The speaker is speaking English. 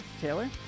Taylor